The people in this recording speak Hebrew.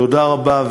תודה רבה.